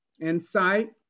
insight